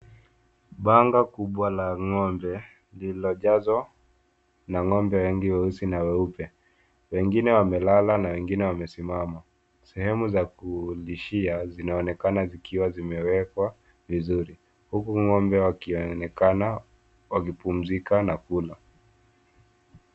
Banda kubwa la ngombe lililojazwa na ngombe wengi weusi na weupe. Wengine wamelala na wengine wamesimama. Sehemu za kulishia zinaonekana zikiwa zimewekwa vizuri huku ngombe wakionekana wakipumzika na kula.